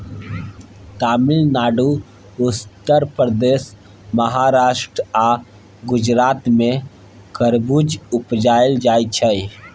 तमिलनाडु, उत्तर प्रदेश, महाराष्ट्र आ गुजरात मे खरबुज उगाएल जाइ छै